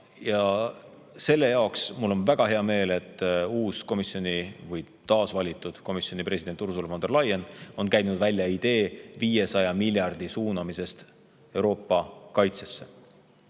see ongi. Ja mul on väga hea meel, et taas valitud komisjoni president Ursula von der Leyen on käinud välja idee 500 miljardi suunamisest Euroopa kaitsesse.